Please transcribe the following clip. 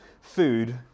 food